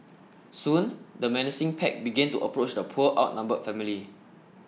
soon the menacing pack began to approach the poor outnumbered family